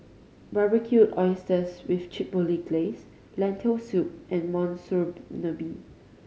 Barbecued Oysters with Chipotle Glaze Lentil Soup and Monsunabe